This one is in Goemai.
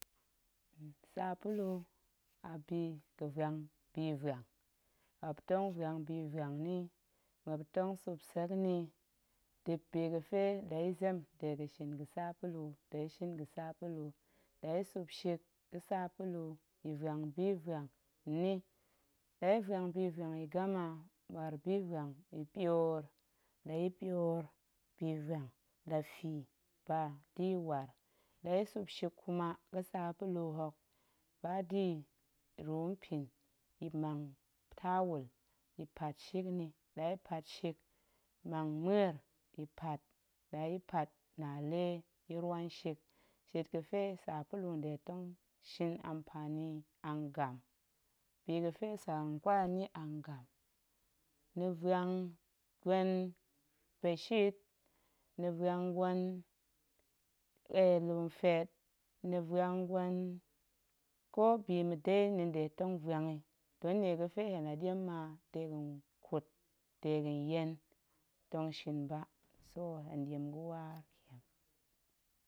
sapulu a biga̱ vuang bivuang, muop tong vuang bivuang nni, muop tong supsek nni dip bi ga̱fe la ya̱ zem dega̱ shin ga̱ sapulu tong ya̱ shin ga̱ sapulu, la ya̱ supshik ga̱ sapulu, ya̱ vuang bivuang nni la ya̱ vuang bivuang ya̱ gama, waar bivuang ya̱ pyoor, la ya̱ pyoor bivuang, la fii ba da̱ ya̱ waar, la ya̱ supshik kuma ga̱ sapulu hok, ba da̱ ya̱ ru mpin, ya̱ mang tawul, ya̱ pat shik nni, la ya̱ pat shik, mang muer ya̱ pat, la ya̱ pat, na lee ya̱ rwan nshik, shit ga̱fe sapulu nɗe tong shin ampani yi a ngam, bi ga̱fe tsa hen ƙwal yi a ngam, ni uang gwen beshit, ni vuang gwen lu nfiat, ni vuang gwen ƙo bi mma̱ dei ni nɗe tong vuang yi, don nnie ga̱fe hen la ɗiem ma dega̱n kut dega̱n yen, tong shin ba so hen ɗiem ga̱waar.